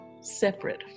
separate